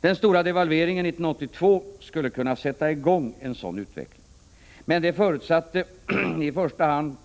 Den stora devalveringen 1982 skulle kunna sätta i gång en sådan utveckling, men det förutsatte i första hand